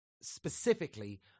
specifically